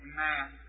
Amen